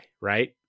right